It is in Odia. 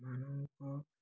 ମାନଙ୍କ